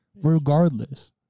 regardless